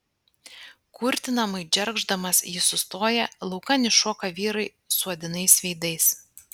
kurtinamai džergždamas jis sustoja laukan iššoka vyrai suodinais veidais